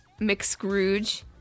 McScrooge